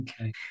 Okay